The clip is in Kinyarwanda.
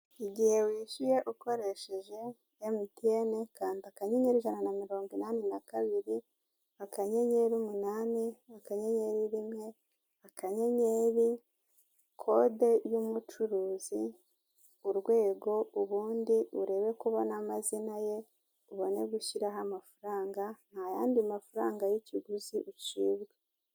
Igihe wishyuye ukoresheje Emutiyene, kanda akanyenyeri ijana na mirongo inani na kabiri akanyenyeri umunani akanyenyeri rimwe akanyenyeri kode y'umucuruzi urwego ubundi urebe ko ubona amazina ye ubone gushyiraho amafaranga ntayandi mafaranga y'ikiguzi ucibwa.